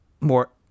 more